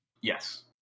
yes